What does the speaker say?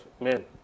men